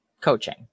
coaching